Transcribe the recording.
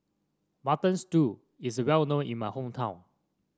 Mutton Stew is well known in my hometown